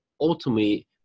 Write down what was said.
ultimately